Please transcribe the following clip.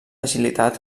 agilitat